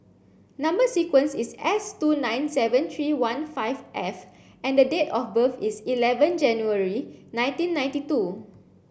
number sequence is S two nine seven three one five F and the date of birth is eleven January nineteen ninety two